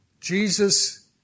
Jesus